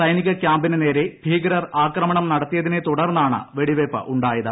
സൈനിക ക്യാമ്പിന് നേരേ ഭീകരർ ആക്രമണം നടത്തിയതിനെ തുടർന്നാണ് വെടിവയ്പ്പുണ്ടായത്